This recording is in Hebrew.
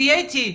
תהיה איתי.